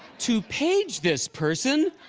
to page this person.